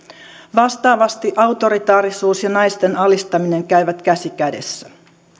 vastaavasti autoritaarisuus ja naisten alistaminen käyvät käsi kädessä